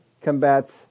combats